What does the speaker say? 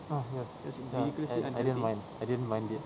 ah yes ya and I didn't mind I didn't mind it